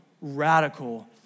radical